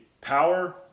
power